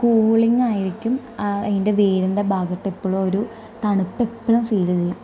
കൂളിംഗായിരിക്കും ആ അതിൻ്റെ വേരിൻ്റെ ഭാഗത്തെപ്പൊളൊരു തണുപ്പ് എപ്പോഴും ഫീല് ചെയ്യും